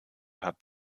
hat